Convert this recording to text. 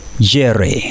Jerry